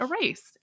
erased